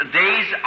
days